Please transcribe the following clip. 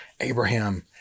Abraham